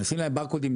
שנשים להם ברקודים,